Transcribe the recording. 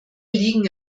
liegen